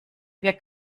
wir